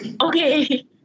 Okay